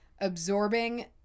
absorbing